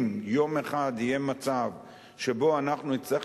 אם יום אחד יהיה מצב שבו אנחנו נצטרך